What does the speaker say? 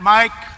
Mike